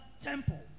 temple